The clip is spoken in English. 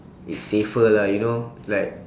it's safer lah you know like